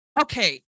Okay